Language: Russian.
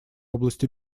области